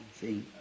See